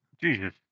Jesus